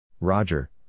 Roger